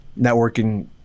networking